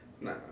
Nah